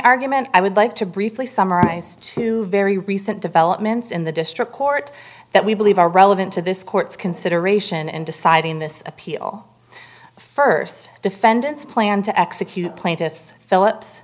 argument i would like to briefly summarize two very recent developments in the district court that we believe are relevant to this court's consideration in deciding this appeal first defendant's plan to execute plaintiff's phillips